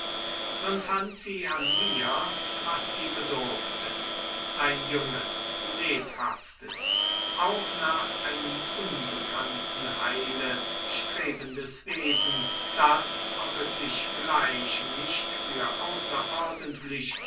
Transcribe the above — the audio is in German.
nun fand sie an mir was sie bedurfte ein junges lebhaftes auch nach einem unbekannten heile strebendes wesen das ob es sich gleich nicht für außerordentlich